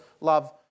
love